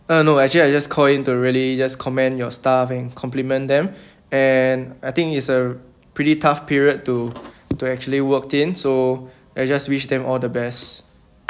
uh no actually I just call in to really just commend your staff and compliment them and I think is a pretty tough period to to actually worked in so I just wish them all the best